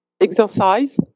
exercise